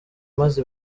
maze